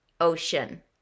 Ocean